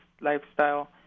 lifestyle